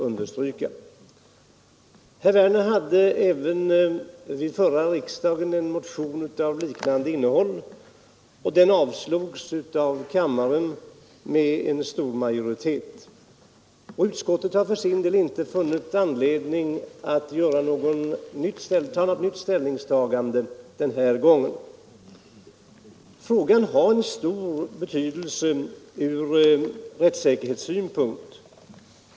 Herr Werner hade vid förra riksdagen en motion av liknande innehåll, och den avslogs av kammaren med stor majoritet. Utskottet har för sin del inte funnit anledning att göra något nytt ställningstagande. Frågan har stor betydelse från rättssäkerhetssynpunkt.